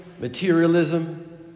materialism